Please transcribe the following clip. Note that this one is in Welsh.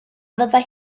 fyddai